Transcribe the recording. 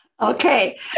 okay